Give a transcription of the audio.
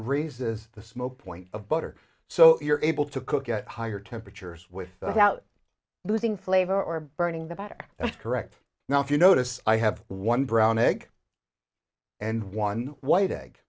raises the smoke point of butter so you're able to cook at higher temperatures with out losing flavor or burning the batter that's correct now if you notice i have one brown egg and one white egg